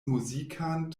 muzikan